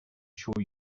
sure